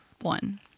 One